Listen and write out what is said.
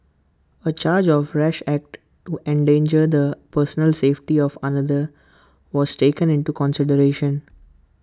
A charge of rash act to endanger the personal safety of another was taken into consideration